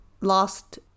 last